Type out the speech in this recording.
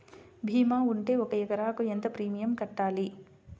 భీమా ఉంటే ఒక ఎకరాకు ఎంత ప్రీమియం కట్టాలి?